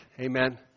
Amen